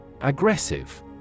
Aggressive